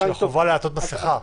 -- של החובה לעטות מסיכה.